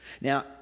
Now